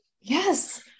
yes